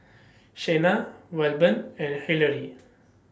Shena Wilburn and Hillery